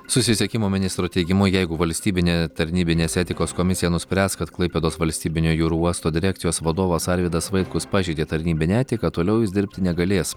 susisiekimo ministro teigimu jeigu valstybinė tarnybinės etikos komisija nuspręs kad klaipėdos valstybinio jūrų uosto direkcijos vadovas arvydas vaitkus pažeidė tarnybinę etiką toliau jis dirbti negalės